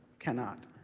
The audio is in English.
cannot.